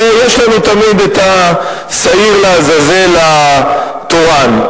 ויש לנו תמיד השעיר לעזאזל התורן.